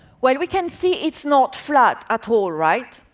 well we can see it's not flat at all, right?